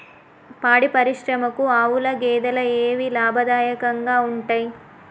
పాడి పరిశ్రమకు ఆవుల, గేదెల ఏవి లాభదాయకంగా ఉంటయ్?